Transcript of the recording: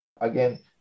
again